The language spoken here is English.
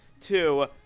Two